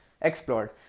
explored